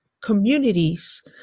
communities